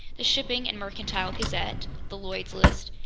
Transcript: the shipping and mercantile gazette, the lloyd's list,